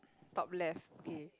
top left okay